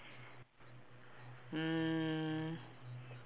mm